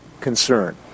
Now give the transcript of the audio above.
concern